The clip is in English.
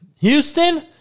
Houston